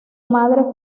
madre